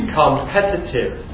competitive